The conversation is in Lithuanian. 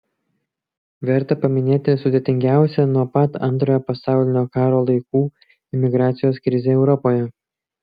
verta paminėti sudėtingiausią nuo pat antrojo pasaulinio karo laikų imigracijos krizę europoje